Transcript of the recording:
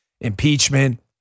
Impeachment